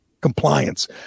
compliance